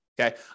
Okay